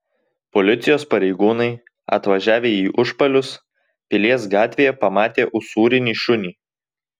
policijos pareigūnai atvažiavę į užpalius pilies gatvėje pamatė usūrinį šunį